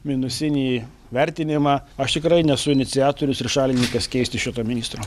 minusinį vertinimą aš tikrai nesu iniciatorius ir šalininkas keisti šito ministro